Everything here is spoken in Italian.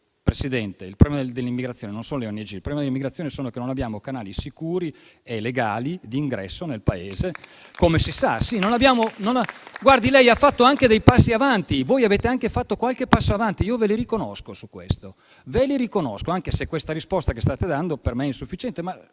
Presidente, il problema dell'immigrazione non solo le ONG, ma è che non abbiamo canali sicuri e legali di ingresso nel Paese, come si sa. Guardi: lei ha fatto anche dei passi avanti, voi avete anche fatto qualche passo avanti, ve li riconosco, anche se la risposta che state dando per me è insufficiente,